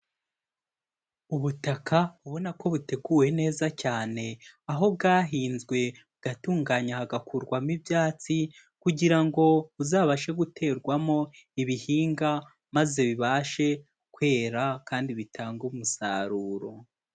Ubutaka ubona ko buteguwe neza cyane aho bwahinzwe bugatunganywa, hagakurwamo ibyatsi kugira ngo uzabashe guterwamo ibihingwa maze bibashe kwera kandi bitanga umusaruro.